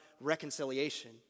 reconciliation